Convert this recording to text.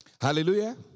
Hallelujah